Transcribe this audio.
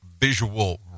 visual